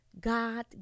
God